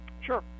Sure